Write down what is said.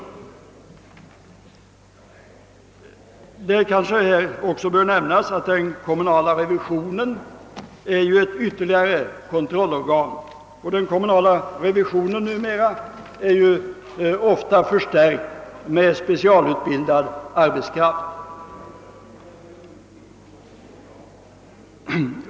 Det kanske bör nämnas att den kommunala revisionen utgör ytterligare ett kontrollorgan, och den är numera ofta förstärkt med specialutbildad arbetskraft.